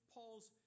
Paul's